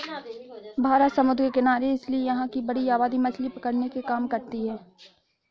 भारत समुद्र के किनारे है इसीलिए यहां की बड़ी आबादी मछली पकड़ने के काम करती है